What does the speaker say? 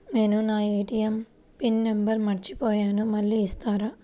నేను నా ATM PIN number మర్చిపోయాను మళ్ళీ ఇస్తారా?